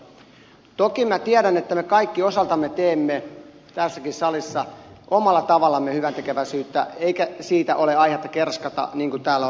toki minä tiedän että me kaikki osaltamme teemme tässäkin salissa omalla tavallamme hyväntekeväisyyttä eikä siitä ole aihetta kerskata niin kuin täällä olemme kuulleet